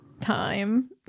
time